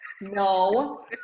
No